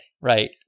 Right